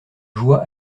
joua